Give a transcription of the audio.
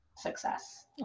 Success